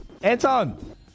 Anton